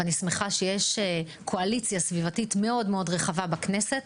אני שמחה שיש קואליציה סביבתית מאוד מאוד רחבה בכנסת,